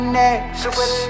next